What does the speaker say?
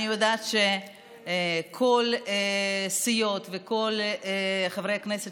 אני יודעת שכל הסיעות וכל חברי הכנסת